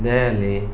Delhi